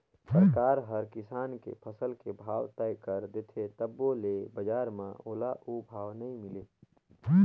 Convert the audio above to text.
सरकार हर किसान के फसल के भाव तय कर देथे तभो ले बजार म ओला ओ भाव नइ मिले